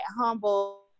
humble